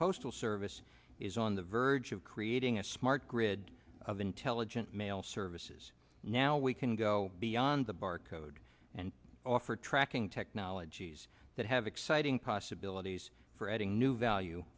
postal service is on the verge of creating a smart grid of intelligent mail services now we can go beyond the barcode and offer tracking technologies that have exciting possibilities for adding new value